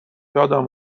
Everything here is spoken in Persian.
یادم